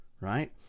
Right